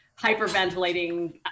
hyperventilating